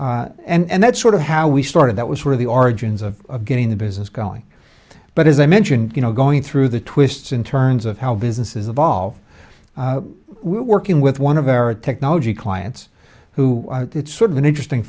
and that's sort of how we started that was where the origins of getting the business going but as i mentioned you know going through the twists and turns of how businesses evolve we're working with one of our technology clients who it's sort of an interesting